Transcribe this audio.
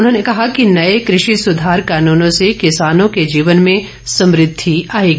उन्होंने कहा कि नए कृषि सुधार कानूनों से किसानों के जीवन में समृद्धि आएगी